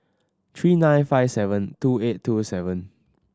three nine five seven two eight two seven